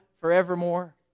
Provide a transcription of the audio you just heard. forevermore